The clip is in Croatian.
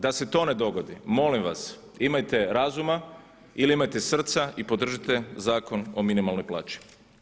Da se to ne dogodi molim vas imajte razuma ili imajte srca i podržite Zakon o minimalnoj plaći.